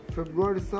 February